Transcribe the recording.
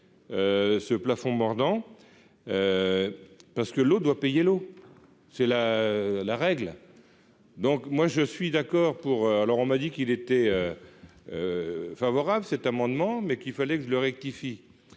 ce plafond mordant parce que l'eau doit payer l'eau c'est la la règle donc moi je suis d'accord pour alors on m'a dit qu'il était favorable cet amendement mais qu'il fallait que je le rectifie